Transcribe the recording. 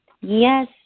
Yes